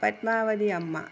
പദ്മാവതി അമ്മ